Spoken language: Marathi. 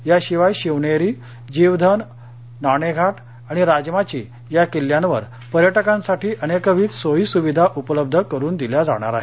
याशिवाय शिवनेरी जीवधन नाणेघाट आणि राजमाची या किल्ल्यांवर पर्यटकांसाठी अनेकविध सोयी सुविधा उपलब्ध करून दिल्या जाणार आहेत